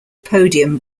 podium